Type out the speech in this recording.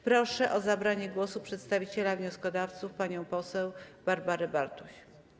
Proszę o zabranie głosu przedstawiciela wnioskodawców panią poseł Barbarę Bartuś.